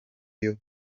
ayo